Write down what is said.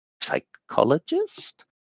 psychologist